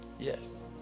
Yes